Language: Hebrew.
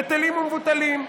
בטלים ומבוטלים.